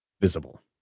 Visible